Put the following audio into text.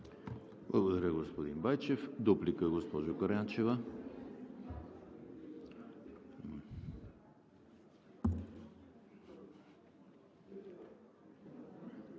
Благодаря, господин Байчев. Дуплика – госпожо Караянчева.